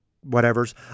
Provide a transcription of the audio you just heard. whatever's